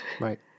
Right